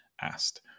asked